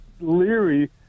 leery